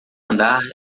andar